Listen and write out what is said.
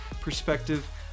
perspective